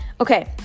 Okay